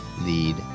Lead